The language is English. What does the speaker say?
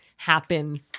happen